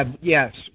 Yes